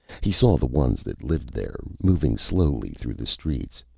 he saw the ones that lived there, moving slowly through the streets.